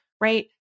right